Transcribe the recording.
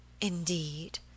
Indeed